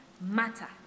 matter